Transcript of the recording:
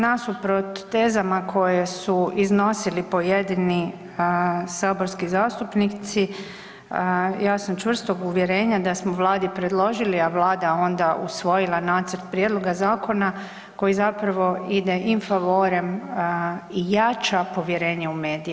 Nasuprot tezama koje su iznosili pojedini saborski zastupnici, ja sam čvrstog uvjerenja da smo Vladi predložili a Vlada onda usvojila nacrt prijedloga zakona koji zapravo ide in favorem i jača povjerenje medije.